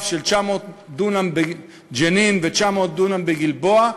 של 900 דונם בג'נין ו-900 דונם בגלבוע,